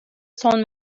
son